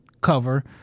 cover